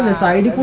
ah side